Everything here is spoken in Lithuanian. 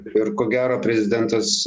ir ko gero prezidentas